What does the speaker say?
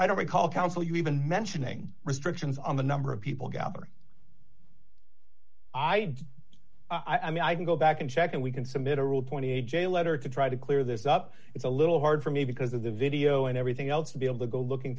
i don't recall counsel you even mentioning restrictions on the number of people gathering i i mean i go back and check and we can submit a rule twenty eight j letter to try to clear this up it's a little hard for me because of the video and everything else to be able to go looking